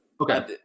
Okay